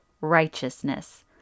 righteousness